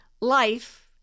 life